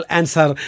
answer